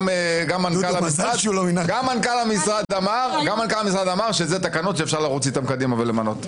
גם מנכ"ל המשרד אמר שאלה תקנות שאפשר לרוץ איתן קדימה ולמנות.